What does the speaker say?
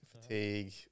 fatigue